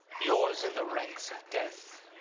yours in the ranks of death!